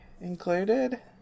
included